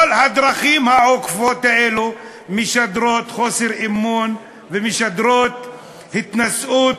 כל הדרכים העוקפות האלו משדרות חוסר אמון ומשדרות התנשאות,